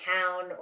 town